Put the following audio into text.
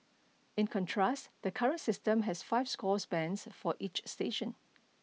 in contrast the current system has five score bands for each station